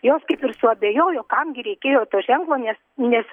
jos kaip ir suabejojo kam gi reikėjo to ženklo nes nes